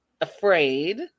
afraid